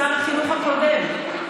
שר החינוך הקודם,